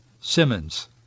Simmons